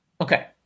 Okay